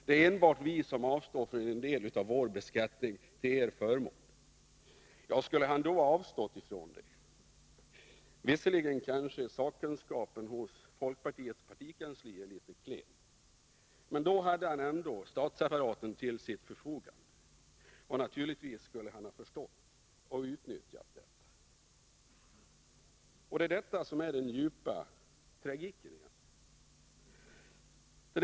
Det är enbart vi som avstår från en del av vår beskattning till er förmån. Skulle Rolf Wirtén då ha avstått? Visserligen är kanske sakkunskapen i folkpartiets partikansli litet klen, men för ett år sedan hade Rolf Wirtén hela statsapparaten till sitt förfogande, och naturligtvis skulle han ha förstått att utnyttja detta. Det är detta som egentligen är den djupa tragiken.